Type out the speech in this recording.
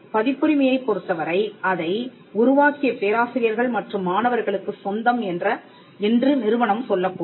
பதிப்புரிமையைப் பொருத்தவரை அதை உருவாக்கிய பேராசிரியர்கள் மற்றும் மாணவர்களுக்குச் சொந்தம் என்று நிறுவனம் சொல்லக்கூடும்